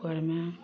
उपरमे